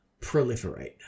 proliferate